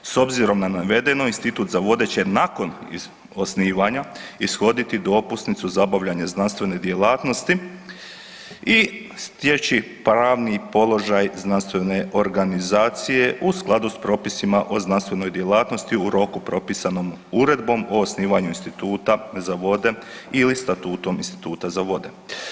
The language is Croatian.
S obzirom na navedeno Institut za vode će nakon osnivanja ishoditi dopusnicu za obavljanje znanstvene djelatnosti i stječi pravni položaj znanstvene organizacije u skladu s propisima o znanstvenoj djelatnosti u roku propisanom uredbom o osnivanju Instituta za vode ili statutom Instituta za vode.